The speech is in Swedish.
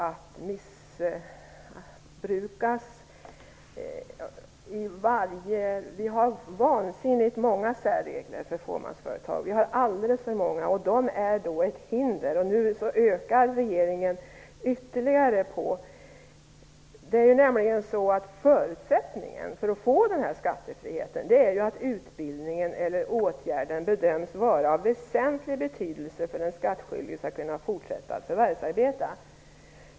Det finns vansinnigt många särregler för fåmansföretag, alldeles för många. Det är ett hinder. Nu vill regeringen öka på antalet. Förutsättningen för att få den här skattefriheten är ju att utbildningen eller åtgärden bedöms vara av väsentlig betydelse för att den skattskyldige skall kunna fortsätta att förvärvsarbeta.